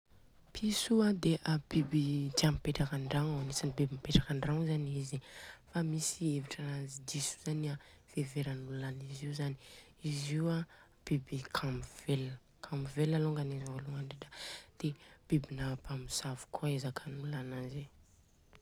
Piso io a dia biby tia mipetra an-dragno. Agnisany biby mipetra an-dragno zany izy. Fa misy hevitra ananjy diso zany fehiveran'olona an'izy io zany. Izy io a biby kamo velona, kamo velona loaka izy volognany indrindra dia bibina mpamosavy koa izakan'olona ananjy.